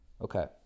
okay